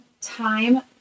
time